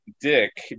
Dick